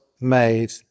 made